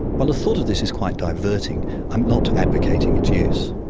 while the thought of this is quite diverting i'm not advocating its use.